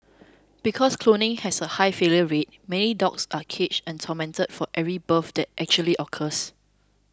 because cloning has a high failure rate many dogs are caged and tormented for every birth that actually occurs